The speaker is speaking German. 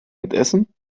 mitessen